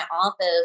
office